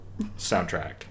soundtrack